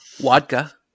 Vodka